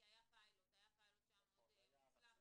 כי היה פיילוט שהיה מאוד מוצלח.